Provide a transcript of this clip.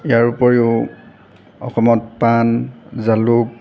ইয়াৰোপৰিও অসমত পাণ জালুক